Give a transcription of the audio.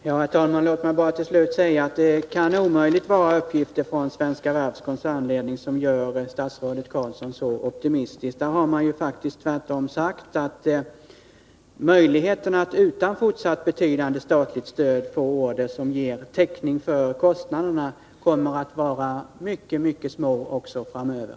Herr talman! Låt mig bara till slut säga att det kan omöjligt vara uppgifter från Svenska Varvs koncernledning som gör statsrådet Carlsson så optimistisk. Den har tvärtom sagt att möjligheterna att utan fortsatt betydande statligt stöd få order som ger täckning för kostnaderna kommer att vara mycket mycket små också framöver.